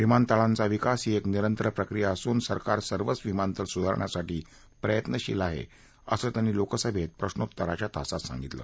विमानतळाचा विकास ही एक निरंतर प्रक्रिया असून सरकार सर्वच विमानतळ सुधारण्यासाठी प्रयत्नशील आहे असं त्यांनी लोकसभेत प्रश्नोत्तराच्या तासात सांगितलं